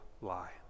lie